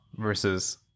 Versus